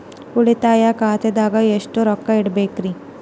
ಉಳಿತಾಯ ಖಾತೆದಾಗ ಎಷ್ಟ ರೊಕ್ಕ ಇಡಬೇಕ್ರಿ?